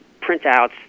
printouts